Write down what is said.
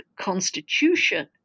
constitution